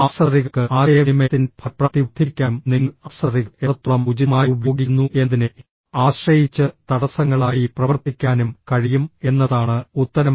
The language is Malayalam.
ആക്സസറികൾക്ക് ആശയവിനിമയത്തിന്റെ ഫലപ്രാപ്തി വർദ്ധിപ്പിക്കാനും നിങ്ങൾ ആക്സസറികൾ എത്രത്തോളം ഉചിതമായി ഉപയോഗിക്കുന്നു എന്നതിനെ ആശ്രയിച്ച് തടസ്സങ്ങളായി പ്രവർത്തിക്കാനും കഴിയും എന്നതാണ് ഉത്തരം